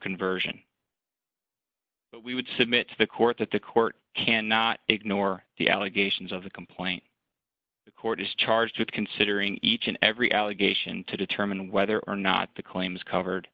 conversion we would submit to the court that the court cannot ignore the allegations of the complaint the court is charged with considering each and every allegation to determine whether or not the claims covered